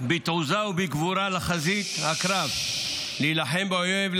בתעוזה ובגבורה לחזית הקרב להילחם באויב,